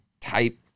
type